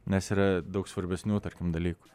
nes yra daug svarbesnių dalykų